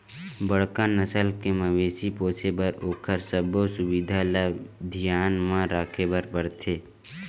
बड़का नसल के मवेशी पोसे बर ओखर सबो सुबिधा ल धियान म राखे बर परथे